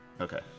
Okay